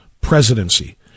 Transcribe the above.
presidency